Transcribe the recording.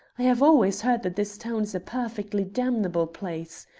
i have always heard that this town is a perfectly damnable place.